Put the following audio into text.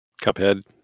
Cuphead